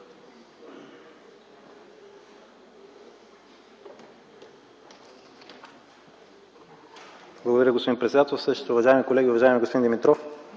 Благодаря, господин председател. Уважаеми колеги, уважаеми господин Димитров,